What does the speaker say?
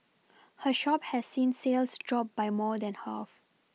her shop has seen sales drop by more than half